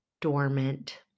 dormant